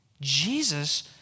Jesus